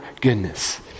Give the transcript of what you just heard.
goodness